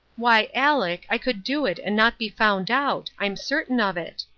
why, aleck, i could do it and not be found out i'm certain of it.